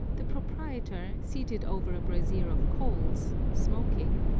the proprietor, seated over a brazier of coals, smoking,